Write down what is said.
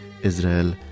Israel